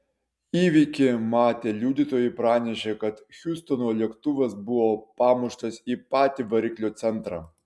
įvykį matę liudytojai pranešė kad hjustono lėktuvas buvo pamuštas į patį variklio centrą